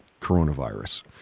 coronavirus